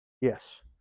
Yes